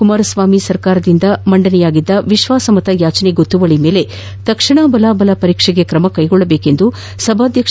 ಕುಮಾರಸ್ವಾಮಿ ಸರ್ಕಾರದಿಂದ ಮಂಡನೆಯಾಗಿದ್ದ ವಿಶ್ವಾಸಮತ ಯಾಚನೆ ಗೊತ್ತುವಳಿ ಮೇಲೆ ತಕ್ಷಣ ಬಲಾಬಲ ಪರೀಕ್ಷೆಗೆ ಕ್ರಮ ಕೈಗೊಳ್ಳುವಂತೆ ಸಭಾಧ್ಯಕ್ಷ ಕೆ